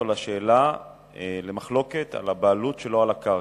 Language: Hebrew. צו מס' 653,